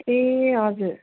ए हजुर